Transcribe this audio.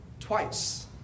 Twice